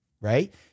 right